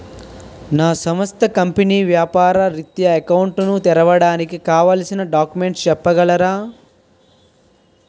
నా సంస్థ కంపెనీ వ్యాపార రిత్య అకౌంట్ ను తెరవడానికి కావాల్సిన డాక్యుమెంట్స్ చెప్పగలరా?